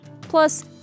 Plus